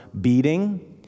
beating